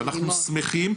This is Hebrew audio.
ואנחנו שמחים.